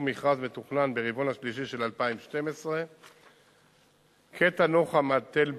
המכרז מתוכנן ברבעון השלישי של 2012. קטע נחם עד תל בית-שמש,